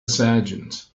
sergeant